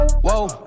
Whoa